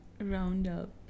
roundup